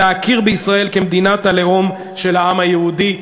להכיר בישראל כמדינת הלאום של העם היהודי.